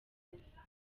apfa